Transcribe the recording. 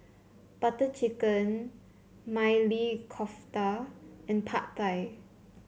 Butter Chicken Maili Kofta and Pad Thai